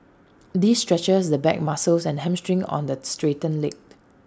this stretches the back muscles and hamstring on the straightened leg